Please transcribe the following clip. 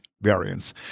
variants